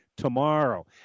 Tomorrow